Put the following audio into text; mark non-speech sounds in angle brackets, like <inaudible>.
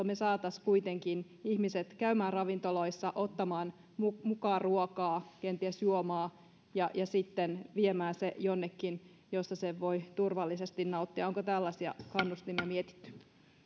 <unintelligible> me kuitenkin saisimme ihmiset käymään ravintoloissa ottamaan mukaan mukaan ruokaa kenties juomaa ja sitten viemään sen jonnekin missä sen voi turvallisesti nauttia onko tällaisia kannustimia mietitty